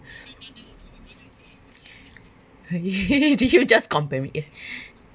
did you just compare me with